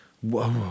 Whoa